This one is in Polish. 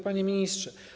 Panie Ministrze!